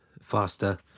faster